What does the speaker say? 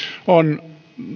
on